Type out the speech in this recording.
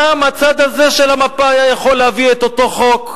גם הצד הזה של המפה היה יכול להביא את אותו חוק.